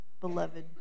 beloved